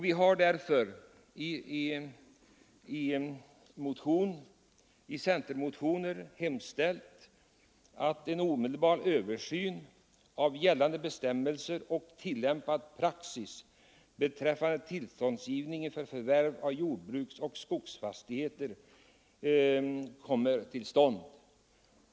Vi har därför i en centermotion hemställt ”att riksdagen hos Kungl. Maj:t anhåller om en omedelbar översyn av gällande bestämmelser och tillämpad praxis beträffande tillståndsgivningen för förvärv av jordbruksoch skogsfastigheter”.